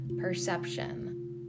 perception